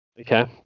Okay